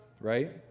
Right